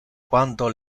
quando